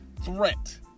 threat